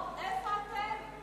איפה אתם?